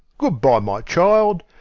good-bye, my child.